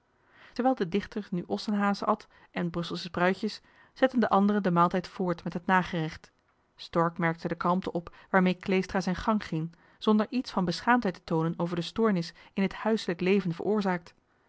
terwijl de dichter nu ossenhaas at en brusselsche spruitjes zetten de anderen den maaltijd voort met het nagerecht stork merkte de kalmte op waarmee kleestra zijn gang ging zonder iets van beschaamdheid te toonen over de stoornis in dit huiselijk leven veroorzaakt